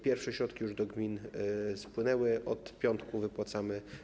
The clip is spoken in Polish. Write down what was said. Pierwsze środki już do gmin spłynęły, od piątku je wypłacamy.